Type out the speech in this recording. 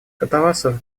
катавасов